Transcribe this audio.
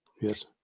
Yes